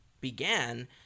began